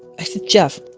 i said jeff.